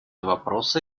вопросы